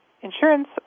insurance